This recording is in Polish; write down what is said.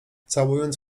całując